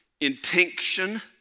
intention